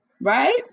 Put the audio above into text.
right